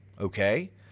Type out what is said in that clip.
Okay